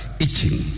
itching